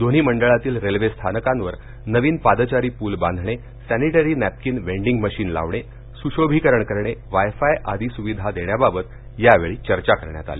दोन्ही मंडळातील रेल्वे स्थानकांवर नवीन पादचारी पूल बांधणे सेनिटरी नाप्कीन वेंडिंग मशीन लावणे सुशोभीकरण वाय फाय आदी सुविधां देण्याबाबत यावेळी चर्चा करण्यात आली